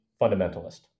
fundamentalist